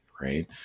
right